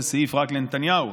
זה סעיף רק לנתניהו.